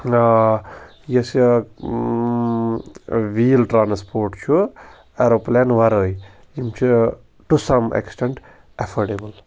یُس یہِ ویٖل ٹرٛانَسپوٹ چھُ ایروپٕلین وَرٲے یِم چھِ ٹُہ سَم ایکسٹٮ۪نٛٹ اٮ۪فٲڈیبٕل